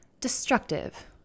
destructive